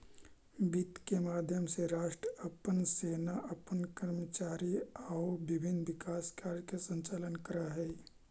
वित्त के माध्यम से राष्ट्र अपन सेना अपन कर्मचारी आउ विभिन्न विकास कार्य के संचालन करऽ हइ